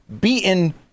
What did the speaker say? beaten